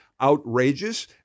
outrageous